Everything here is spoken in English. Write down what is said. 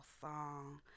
song